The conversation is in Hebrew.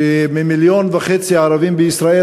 שיש 1.5 מיליון ערבים בישראל,